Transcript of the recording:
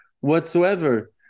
whatsoever